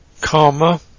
karma